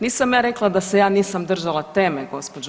Nisam ja rekla da se ja nisam držala teme gđo.